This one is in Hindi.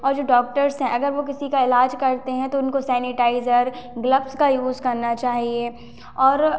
और जो डॉक्टर्स हैं अगर वो किसी का इलाज करते हैं तो उनको सेनीटाइजर ग्लव्स का यूज़ करना चाहिए और